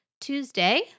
Tuesday